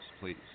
please